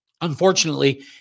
unfortunately